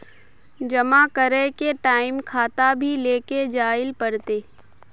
जमा करे के टाइम खाता भी लेके जाइल पड़ते?